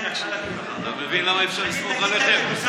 אתה מבין למה אי-אפשר לסמוך עליכם?